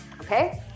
okay